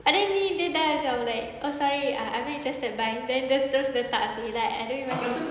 padahal ni dia dah macam like oh sorry I'm not interested bye then dia terus letak seh like I don't even